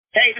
Hey